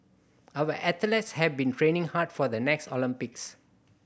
our athletes have been training hard for the next Olympics